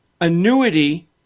annuity